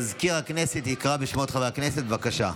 מזכיר הכנסת יקרא בשמות חברי הכנסת, בבקשה.